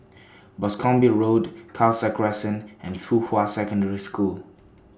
Boscombe Road Khalsa Crescent and Fuhua Secondary School